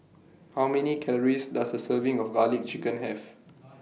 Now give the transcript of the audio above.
How Many Calories Does A Serving of Garlic Chicken Have